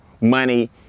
money